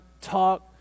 talk